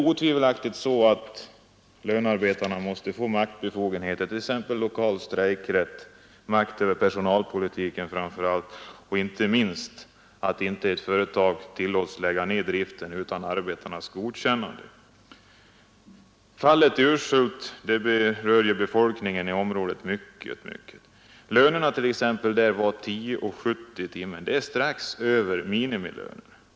Lönearbetarna måste otvivelaktigt få maktbefogenheter, t.ex. lokal strejkrätt och makt över personalpolitiken. Inte minst viktigt är att ett företag inte skall tillåtas lägga ned driften utan arbetarnas godkännande. Fallet i Urshult berör befolkningen i området mycket. Lönerna där var 10:70 kronor i timmen, och det är strax över minimilönen.